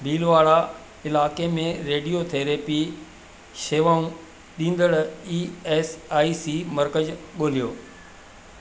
भीलवाड़ा इलाइके में रेडियोथेरेपी शेवाऊं ॾींदड़ ई एस आई सी मर्कज़ ॻोल्हियो